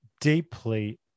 deeply